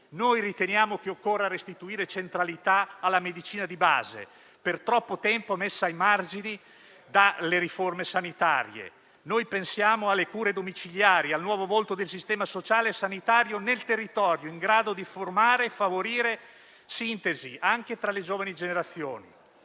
Riteniamo che occorra restituire centralità alla medicina di base, per troppo tempo messa ai margini dalle riforme sanitarie. Pensiamo alle cure domiciliari, al nuovo volto del sistema sociale e sanitario nel territorio, in grado di formare e favorire sintesi anche tra le giovani generazioni.